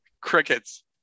Crickets